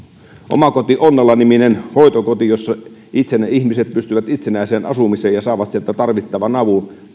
onnela niminen hoitokoti jossa ihmiset pystyvät itsenäiseen asumiseen ja saavat sieltä tarvittavan avun talo on